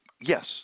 Yes